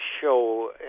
show